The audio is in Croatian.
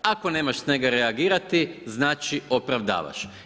Ako nemaš snage reagirati znači opravdavaš.